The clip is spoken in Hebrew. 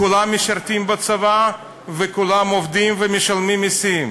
כולם משרתים בצבא, וכולם עובדים ומשלמים מסים.